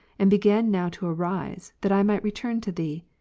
and began now to arise, that i might return to thee.